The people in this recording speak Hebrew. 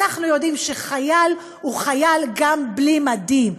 אנחנו יודעים שחייל הוא חייל גם בלי מדים.